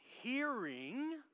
hearing